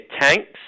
tanks